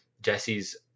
Jesse's